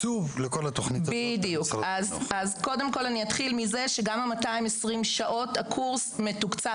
אתחיל מזה שגם הקורס של 220 השעות מתוקצב